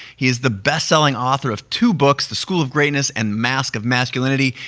he is the best selling author of two books, the school of greatness and mask of masculinity,